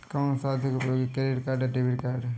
कौनसा अधिक उपयोगी क्रेडिट कार्ड या डेबिट कार्ड है?